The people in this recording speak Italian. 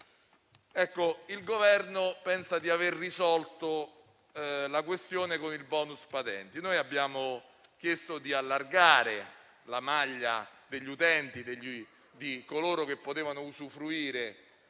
Il Governo pensa di aver risolto la questione con il *bonus* patente. Abbiamo chiesto di allargare la platea di coloro che potevano usufruire